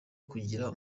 kugira